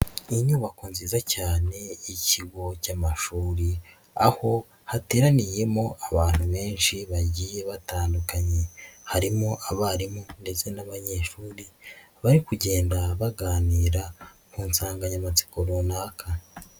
Inyubako nziza cyane y'ikigo cy'amashuri, aho hateraniyemo abantu benshi bagiye batandukanye harimo abarimu ndetse n'abanyeshuri bari kugenda baganira ku nsanganyamatsiko runaka.